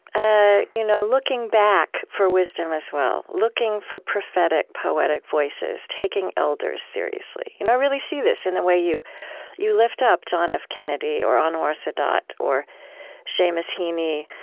ah you know, looking back for wisdom as well, looking for prophetic, poetic voices, taking elders seriously. you know i really see this in the way you you lift up john f. kennedy or anwar sadat or seamus heaney,